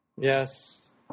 Yes